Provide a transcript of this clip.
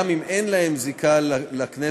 גם אם אין להם זיקה לכנסת,